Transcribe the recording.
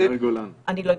לא אדבר?